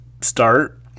start